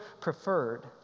preferred